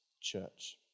church